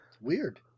Weird